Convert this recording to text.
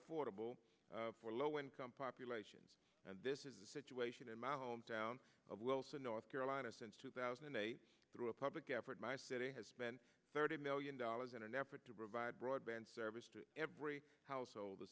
affordable for low income populations and this is a situation in my home town of wilson north carolina since two thousand and eight through a public effort my city has spent thirty million dollars in an effort to provide broadband service to every household the